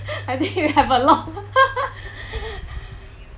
I think you have a lot